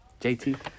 JT